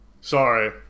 Sorry